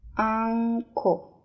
uncle